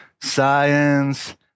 science